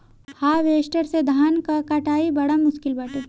harvester से धान कअ कटाई बड़ा मुश्किल बाटे